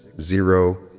zero